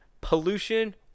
pollution